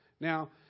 Now